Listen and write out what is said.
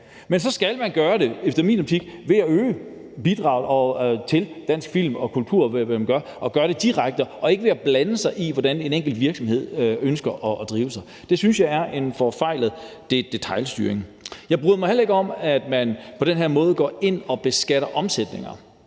men så skal man efter min optik gøre det ved at øge bidraget til dansk film og kultur, og hvad man gør, og gøre det direkte og ikke ved at blande sig i, hvordan en enkelt virksomhed ønsker at blive drevet. Det synes jeg er en forfejlet detailstyring. Jeg bryder mig heller ikke om, at man på den her måde går ind og beskatter omsætninger.